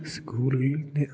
സ്കൂളുകളിൽ ൻ്റെ